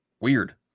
weird